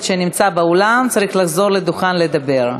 שנמצא באולם צריך לחזור לדוכן לדבר.